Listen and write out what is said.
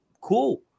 cool